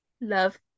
Love